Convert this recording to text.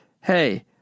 hey